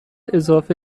اضافه